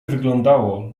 wyglądało